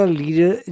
leader